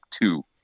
two